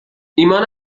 ایمان